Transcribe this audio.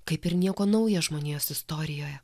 kaip ir nieko nauja žmonijos istorijoje